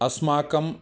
अस्माकम्